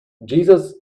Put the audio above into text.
jesus